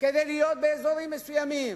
כדי להיות באזורים מסוימים,